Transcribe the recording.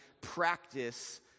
practice